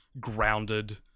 grounded